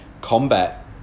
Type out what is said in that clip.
combat